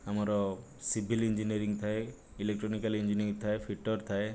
ଆମର civil engineering ଥାଏ electronically engineering ଥାଏ ଫିଟର୍ ଥାଏ